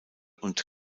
und